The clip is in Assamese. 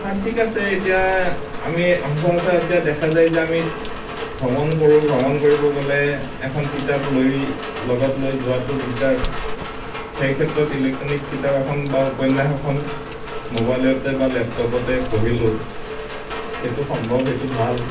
হাঁ ঠিক আছে এতিয়া আমি সচৰাচৰ এতিয়া দেখা যায় যে আমি ভ্ৰমণ কৰোঁ ভ্ৰমণ কৰিব গ'লে এখন কিতাপ লৈ লগত লৈ যোৱাটো দিগদাৰ সেই ক্ষেত্ৰত ইলেক্ট্ৰণিক কিতাপ এখন বা উপন্যাস এখন মোবাইলতে বা লেপটপতে পঢ়িলো সেইটো সম্ভৱ সেইটো ভাল